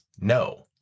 no